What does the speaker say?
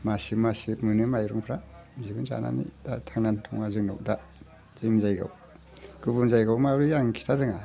मासे मासे मोनो माइरंफ्रा बेजोंनो जानानै दा थांनानै दङ जों दा जोंनि जायगायाव गुबुन जायगायाव माब्रै आं खिथा रोङा